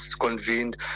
convened